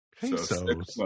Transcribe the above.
Pesos